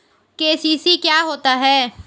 KCC क्या होता है?